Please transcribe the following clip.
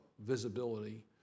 visibility